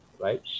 right